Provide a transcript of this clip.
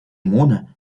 муна